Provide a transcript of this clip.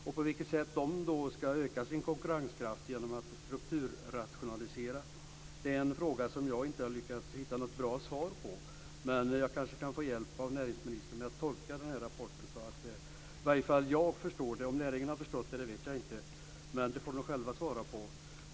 Jag har inte lyckats hitta något bra svar på vilket sätt de ska öka sin konkurrenskraft genom att strukturrationalisera. Men jag kanske kan få hjälp av näringsministern att tolka rapporten så att i varje fall jag förstår den. Jag vet inte om åkerinäringen har förstått, men det får de själva svara på.